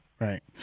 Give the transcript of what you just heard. Right